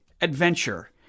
adventure